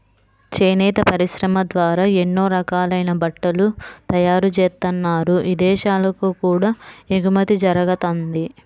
చేనేత పరిశ్రమ ద్వారా ఎన్నో రకాలైన బట్టలు తయారుజేత్తన్నారు, ఇదేశాలకు కూడా ఎగుమతి జరగతంది